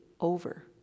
over